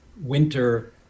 winter